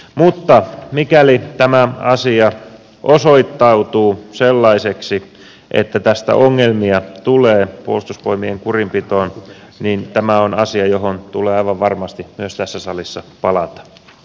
mutta mikäli tämä asia osoittautuu sellaiseksi että tästä ongelmia tulee puolustusvoimien kurinpitoon niin tämä on asia johon tulee aivan varmasti myös tässä salissa palata